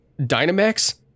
Dynamax